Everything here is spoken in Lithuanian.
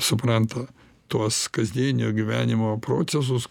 supranta tuos kasdienio gyvenimo procesus